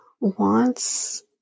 wants